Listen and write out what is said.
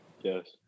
Yes